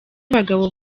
abagabo